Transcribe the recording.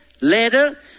later